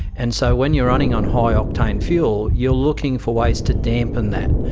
and so when you're running on high octane fuel you're looking for ways to dampen that,